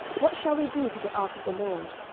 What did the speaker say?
what shall we do to the ark of the lord?